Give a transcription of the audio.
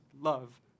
love